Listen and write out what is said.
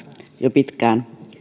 jo pitkään